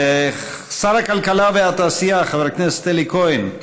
שר הכלכלה והתעשייה חבר הכנסת אלי כהן,